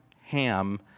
Ham